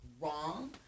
wrong